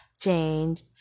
change